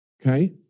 okay